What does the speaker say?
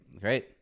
great